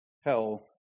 hell